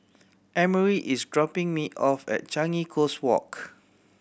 Emery is dropping me off at Changi Coast Walk